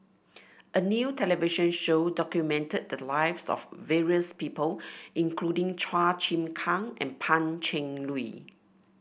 a new television show documented the lives of various people including Chua Chim Kang and Pan Cheng Lui